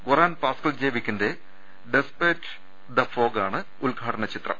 ഗൊറാൻപാസ്ക്കൽജെവിക്കിന്റെ despite the ഫോഗാണ് ഉദ്ഘാടനം ചിത്രം